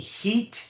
heat